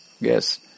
yes